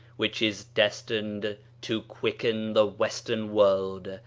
which is destined to quicken the western world,